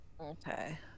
Okay